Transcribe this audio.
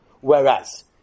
whereas